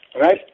right